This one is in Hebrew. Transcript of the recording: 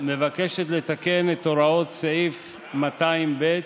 מבקשת לתקן את הוראות סעיף 200(ב)